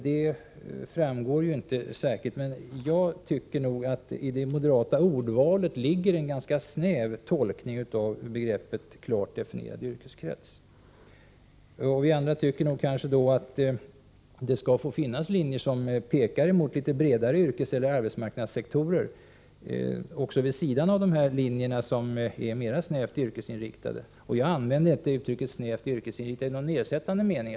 Det framgår inte särskilt väl, men jag tycker att i det moderata ordvalet ligger en ganska snäv tolkning av begreppet ”klart definierad yrkeskrets”. Vi andra tycker att det, vid sidan av de linjer som är mer snävt yrkesinriktade, skall få finnas linjer som pekar mot litet bredare yrkeseller arbetsmarknadssektorer. Jag använde inte uttrycket ”snävt yrkesinriktade” i någon nedsättande mening.